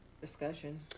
Discussion